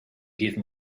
give